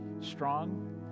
strong